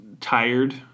tired